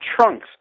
trunks